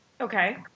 Okay